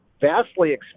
vastly